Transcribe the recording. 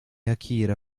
akira